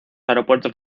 aeropuertos